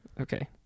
Okay